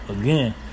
Again